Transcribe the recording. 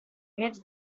hid